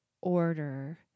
order